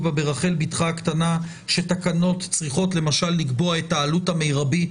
בה ברחל בתך הקטנה שתקנות צריכות למשל לקבוע את העלות המרבית